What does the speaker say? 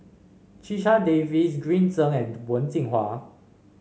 Checha Davies Green Zeng and Wen Jinhua